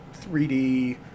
3D